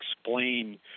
explain